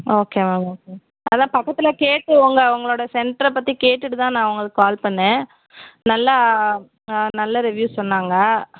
okay ma'am okay அதுதான் பக்கத்தில் கேட்டு உங்கள் உங்களோடய சென்ட்ரை பற்றி கேட்டுட்டு தான் நான் உங்களுக்கு கால் பண்ணேன் நல்லா ஆ நல்ல ரிவ்யூ சொன்னாங்கள்